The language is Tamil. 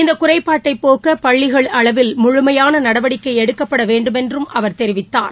இந்த குறைபாட்டைப் போக்க பள்ளிகள் அளவில் முழுமையான நடவடிக்கை எடுக்கப்பட வேண்டுமென்றும் அவர் தெரிவித்தார்